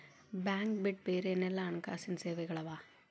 Bank ಬಿಟ್ಟು ಬ್ಯಾರೆ ಏನೆಲ್ಲಾ ಹಣ್ಕಾಸಿನ್ ಸೆವೆಗಳವ?